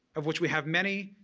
of which we have many.